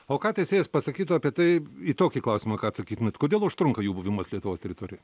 o ką teisėjas pasakytų apie tai į tokį klausimą ką atsakytumėt kodėl užtrunka jų buvimas lietuvos teritorijoj